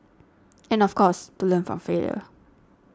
and of course to learn from failure